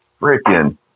freaking